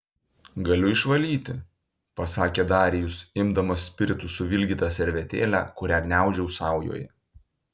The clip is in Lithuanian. galiu išvalyti pasakė darijus imdamas spiritu suvilgytą servetėlę kurią gniaužiau saujoje